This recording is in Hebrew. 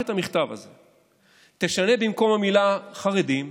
תשנה במקום המילה "חרדים"